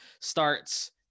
starts